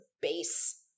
base